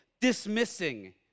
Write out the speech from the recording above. dismissing